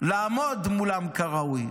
לעמוד מולם כראוי